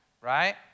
right